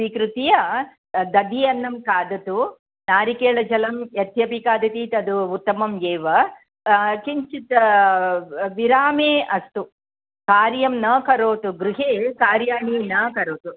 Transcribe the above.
स्वीकृत्य दधि अन्नं खादतु नारिकेलजलं यद्यपि खादति तद् उत्तमम् एव किञ्चित् विरामे अस्तु कार्यं न करोतु गृहे कार्याणि न करोतु